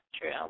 true